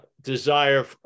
desire